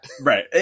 Right